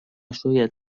شاید